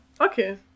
Okay